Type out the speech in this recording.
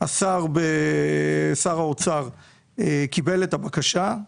שר האוצר קיבל את הבקשה.